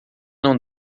não